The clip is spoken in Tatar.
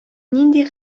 нинди